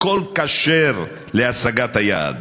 הכול כשר להשגת היעד.